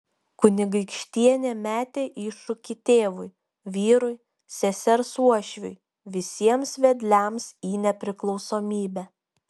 kunigaikštienė metė iššūkį tėvui vyrui sesers uošviui visiems vedliams į nepriklausomybę